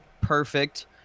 perfect